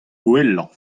gwellañ